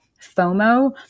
FOMO